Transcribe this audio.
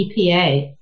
EPA